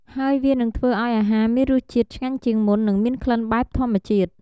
ហើយវានិងធ្វើឱ្យអាហារមានរសជាតិឆ្ងាញ់ជាងមុន និងមានក្លិនបែបធម្មជាតិ។